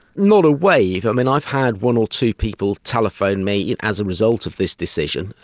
not a wave. i mean i've had one or two people telephone me as a result of this decision,